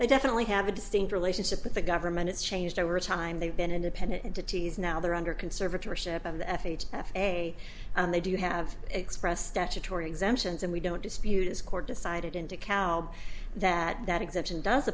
they definitely have a distinct relationship with the government it's changed over time they've been independent entities now they're under conservatorship of the f h a and they do have expressed statutory exemptions and we don't dispute is court decided in dekalb that that exemption does